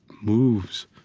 moves,